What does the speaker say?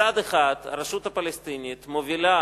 מצד אחד, הרשות הפלסטינית מובילה